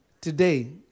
Today